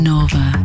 Nova